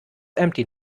empty